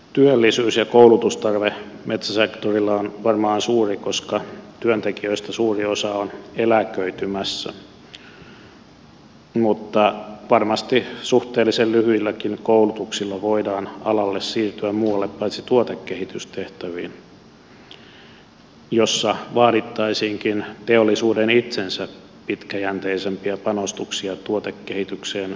työllisyys ja koulutustarve metsäsektorilla on varmaan suuri koska työntekijöistä suuri osa on eläköitymässä mutta varmasti suhteellisen lyhyilläkin koulutuksilla voidaan alalle siirtyä muualle paitsi tuotekehitystehtäviin joissa vaadittaisiinkin teollisuuden itsensä pitkäjänteisempiä panostuksia tuotekehitykseen